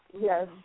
Yes